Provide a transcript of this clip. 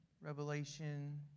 Revelation